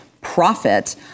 profit